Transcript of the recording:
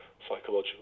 Psychological